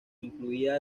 incluía